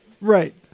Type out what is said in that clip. Right